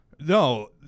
no